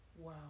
Wow